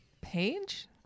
page